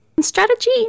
Strategy